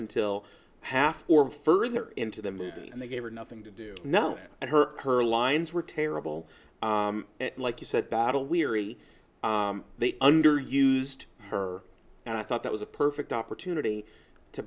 until half or further into the movie and they gave her nothing to do now and her her lines were terrible and like you said battle weary they underused her and i thought that was a perfect opportunity to